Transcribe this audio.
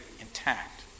intact